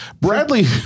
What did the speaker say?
Bradley